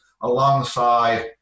alongside